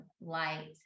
light